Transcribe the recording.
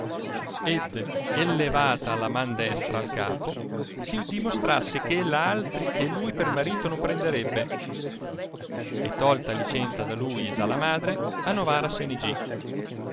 ed elievata la man destra al capo sì dimostrasse che ella altri che lui per marito non prenderebbe e tolta licenza da lui e dalla madre a novara se ne gì